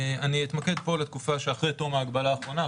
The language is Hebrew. אני אתמקד פה בתקופה שאחרי תום ההגבלה האחרונה,